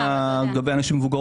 עד כמה שאני מבין